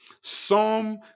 Psalm